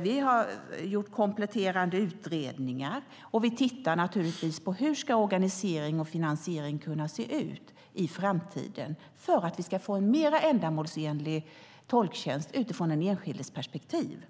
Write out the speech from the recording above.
Vi har gjort kompletterande utredningar, och vi tittar naturligtvis på hur finansiering och organisering ska kunna se ut i framtiden för att vi ska kunna få en mer ändamålsenlig tolktjänst utifrån den enskildes perspektiv.